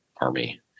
army